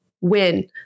win